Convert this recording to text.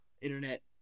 Internet